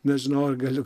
nežinau ar galiu